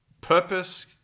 purpose